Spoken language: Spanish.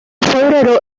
febrero